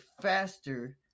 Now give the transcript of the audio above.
faster